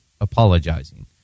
apologizing